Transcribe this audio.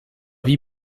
wie